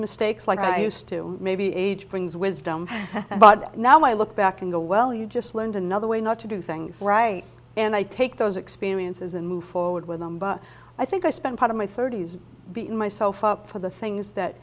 mistakes like i used to maybe age brings wisdom but now i look back and go well you just learned another way not to do things right and i take those experiences and move forward with them but i think i spent part of my thirty's beating myself up for the things that